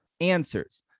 answers